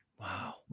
Wow